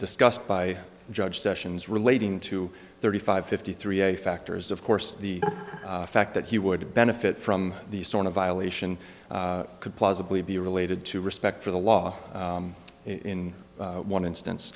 discussed by judge sessions relating to thirty five fifty three a factors of course the fact that he would benefit from these sort of violation could plausibly be related to respect for the law in one instance